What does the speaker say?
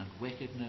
wickedness